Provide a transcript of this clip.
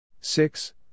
Six